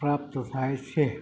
પ્રાપ્ત થાય છે